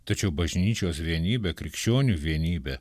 tačiau bažnyčios vienybė krikščionių vienybė